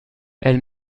elle